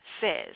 says